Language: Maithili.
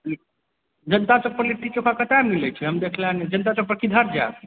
जनता चौक पर लिट्टी चौखा कतऽ मिले छै हम देखने नहि छियै जनता चौक पर किधर जाएब